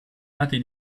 nati